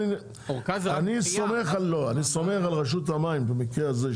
אני סומך על רשות המים במקרה הזה,